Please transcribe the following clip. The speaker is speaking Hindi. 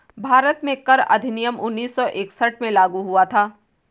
भारत में कर अधिनियम उन्नीस सौ इकसठ में लागू हुआ था